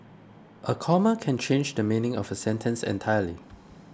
a comma can change the meaning of a sentence entirely